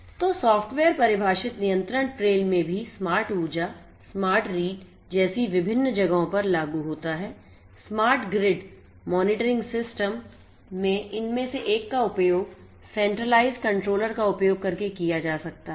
तो सॉफ्टवेयर परिभाषित नियंत्रण प्लेन भी स्मार्ट ऊर्जा स्मार्ट रीड जैसी विभ्भिन जगहों पर लागू होता है स्मार्ट ग्रिड मॉनिटरिंग सिस्टम में इनमें से एक का उपयोग Centralized controller का उपयोग करके किया जा सकता है